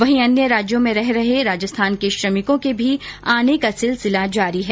वहीं अन्य राज्यों में रह रहे राजस्थान के श्रमिकों के भी आने का सिलसिला जारी है